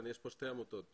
יש כאן שתי עמותות.